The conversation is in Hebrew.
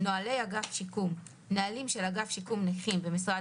"נוהלי אגף השיקום" נהלים של אגף שיקום נכים במשרד